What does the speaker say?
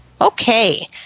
Okay